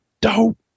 dope